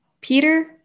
Peter